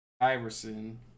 Iverson